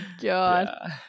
god